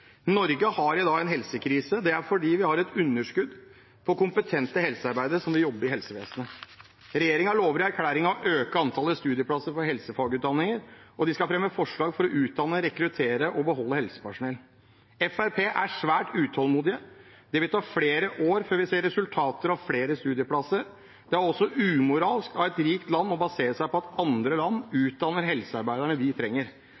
Norge har i dag en helsekrise. Det er fordi vi har et underskudd på kompetente helsearbeidere som vil jobbe i helsevesenet. Regjeringen lover i erklæringen å øke antallet studieplasser på helsefagutdanninger, og den skal fremme forslag for å utdanne, rekruttere og beholde helsepersonell. Fremskrittspartiet er svært utålmodig. Det vil ta flere år før vi ser resultater av flere studieplasser. Det er også umoralsk av et rikt land å basere seg på at andre land utdanner helsearbeiderne vi trenger,